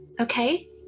okay